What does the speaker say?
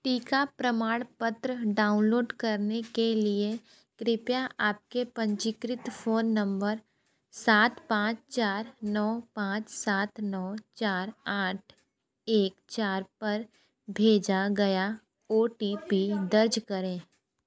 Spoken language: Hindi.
टीका प्रमाणपत्र डाउनलोड करने के लिए कृपया आपके पंजीकृत फ़ोन नम्बर सात पाँच चार नौ पाँच सात नौ चार आठ एक चार पर भेजा गया ओ टी पी दर्ज करें